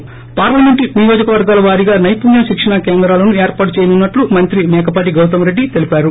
థి పార్లమెంటు నియోజకవర్గాల వారిగా సైపుణ్య శిక్షణ కేంద్రాలను ఏర్పాటు చేయనున్నట్లు మంత్రి మేకపాటి గౌతమ్ రెడ్లి తెలీపారు